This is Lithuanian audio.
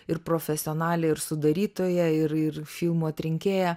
ir profesionalė ir sudarytoja ir ir filmų atrinkėja